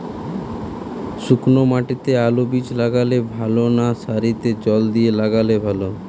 শুক্নো মাটিতে আলুবীজ লাগালে ভালো না সারিতে জল দিয়ে লাগালে ভালো?